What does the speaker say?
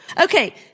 Okay